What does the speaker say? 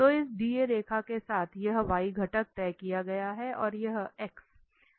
तो इस DA रेखा के साथ यह y घटक तय किया गया है और यह x 0 से 1 तक भिन्न है